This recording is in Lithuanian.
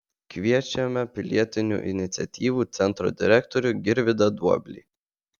kviečiame pilietinių iniciatyvų centro direktorių girvydą duoblį